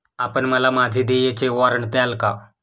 आपण मला माझे देयचे वॉरंट द्याल का?